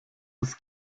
des